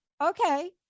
Okay